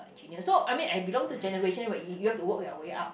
engineer so I mean I belong to generation you you you have to work your way up